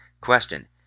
Question